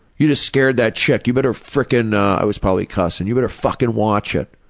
you just scared that chick, you better fricking i was probably cussing, you better fucking watch it.